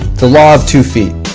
the law of two feet,